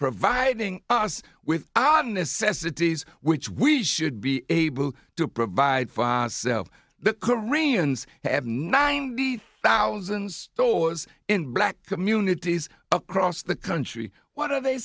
providing us with odd necessities which we should be able to provide five self the koreans have ninety thousand stores in black communities across the country what are they